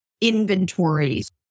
inventories